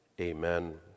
Amen